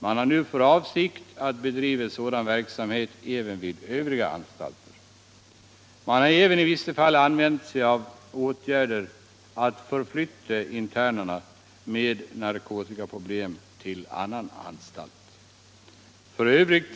Man har nu för avsikt att bedriva sådan verksamhet sd vid övriga anstalter. I vissa fall har man också förflyttat interner me ; narkotikaproblem till annan anstalt. i F.ö.